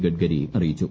ഗഡ്കരി അറിയിച്ചു